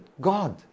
God